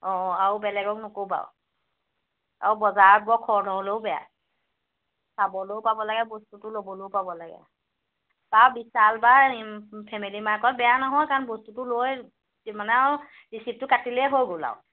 অঁ আৰু বেলেগক নক'ব আৰু আৰু বজাৰত বৰ খৰ ধৰ হ'লেও বেয়া চাবলেও পাব লাগে বস্তুটো ল'বলেও পাব লাগে বাৰু বিশাল বা ফেমিলি মাৰ্কত বেয়া নহয় কাৰণ বস্তুটো লৈ মানে আৰু ৰিচিপটটো কাটিলেই হৈ গ'ল আৰু